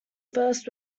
first